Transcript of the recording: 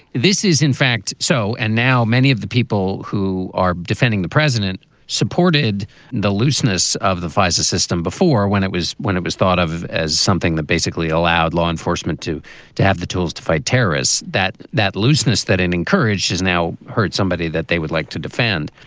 this is, in fact, so and now many of the people who are defending the president supported the looseness of the pfizer system before when it was when it was thought of as something that basically allowed law enforcement to to have the tools to fight terrorists, that that looseness that it encouraged is now hurt somebody that they would like to defend.